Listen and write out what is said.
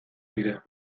dira